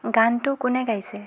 গানটো কোনে গাইছে